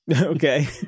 Okay